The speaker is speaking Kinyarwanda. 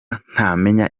ntamenya